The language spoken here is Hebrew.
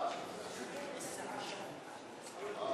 מה, יש רשימת דוברים, אמרת?